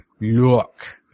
look